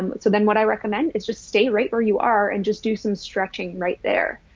um but so then what i recommend is just stay right where you are and just do some stretching right there.